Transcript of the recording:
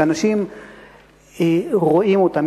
כשאנשים רואים אותם,